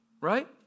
Right